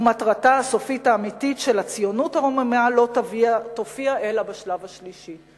ומטרתה הסופית האמיתית של הציונות הרוממה לא תופיע אלא בשלב השלישי.